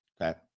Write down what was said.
okay